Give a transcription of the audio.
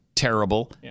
Terrible